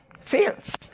fails